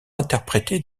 interprété